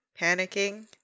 panicking